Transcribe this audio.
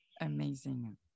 Amazing